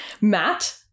Matt